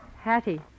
Hattie